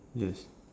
yes